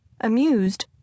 Amused